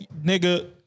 Nigga